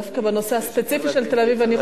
דווקא בנושא הספציפי של תל-אביב אני חושבת,